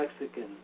Mexican